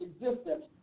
existence